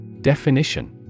Definition